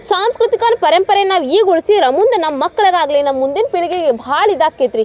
ಸಾಂಸ್ಕೃತಿಕ ಒಂದು ಪರಂಪರೆಯನ್ನು ನಾವು ಈಗ ಉಳ್ಸಿರೆ ಮುಂದೆ ನಮ್ಮ ಮಕ್ಳಿಗಾಗ್ಲಿ ನಮ್ಮ ಮುಂದಿನ ಪೀಳ್ಗಿಗೆ ಭಾಳ ಇದು ಆಕ್ತೈತೆ ರೀ